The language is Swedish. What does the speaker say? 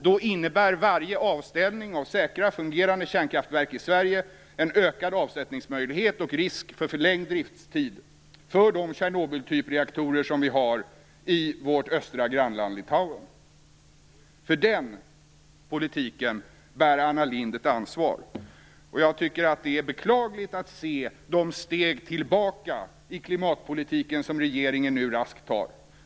Då innebär varje avställning av säkra fungerande kärnkraftverk i Sverige en ökad avsättningsmöjlighet och risk för förlängd driftstid för de reaktorer av Tjernobyltyp som finns i vårt östra grannland Litauen. För den politiken bär Anna Lindh ett ansvar. Det är beklagligt att se de steg tillbaka i klimatpolitiken som regeringen nu raskt tar.